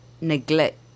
neglect